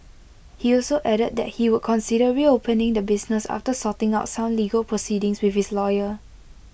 he also added that he would consider reopening the business after sorting out some legal proceedings with his lawyer